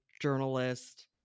journalist